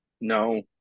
No